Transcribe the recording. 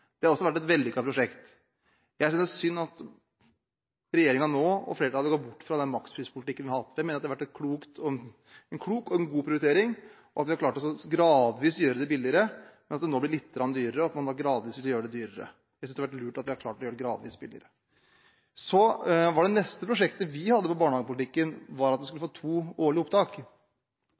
Det har også vært et vellykket prosjekt. Jeg synes det er synd at regjeringen og flertallet nå går bort fra den maksprispolitikken vi har hatt, for jeg mener det har vært en klok og god prioritering at vi har klart gradvis å gjøre det billigere. Nå blir det litt dyrere, man vil gradvis gjøre det dyrere. Jeg synes det har vært lurt at vi har klart å gjøre det gradvis billigere. Så var det neste prosjektet vi hadde på barnehagepolitikken, at en skulle få to opptak